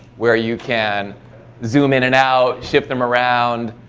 where you can zoom in and out ship them around